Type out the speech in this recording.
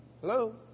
Hello